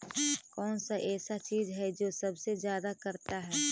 कौन सा ऐसा चीज है जो सबसे ज्यादा करता है?